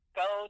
go